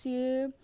ସିଏ